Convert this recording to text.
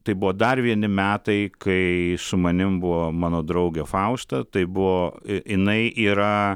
tai buvo dar vieni metai kai su manim buvo mano draugė fausta tai buvo jinai yra